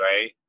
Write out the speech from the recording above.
right